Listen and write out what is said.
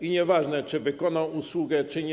I nieważne, czy wykonał usługę, czy nie.